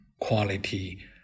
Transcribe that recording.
quality